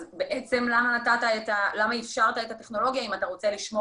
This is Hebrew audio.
אז בעצם למה אפשרת את הטכנולוגיה אם אתה רוצה לשמור